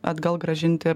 atgal grąžinti